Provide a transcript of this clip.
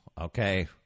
Okay